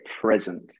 present